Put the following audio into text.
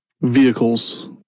vehicles